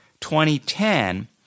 2010